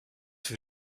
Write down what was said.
für